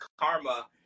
karma